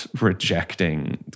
rejecting